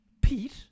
Pete